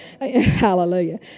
Hallelujah